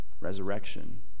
Resurrection